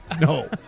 no